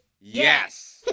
Yes